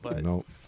Nope